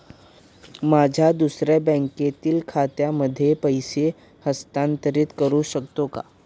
माझ्या दुसऱ्या बँकेतील खात्यामध्ये पैसे हस्तांतरित करू शकतो का?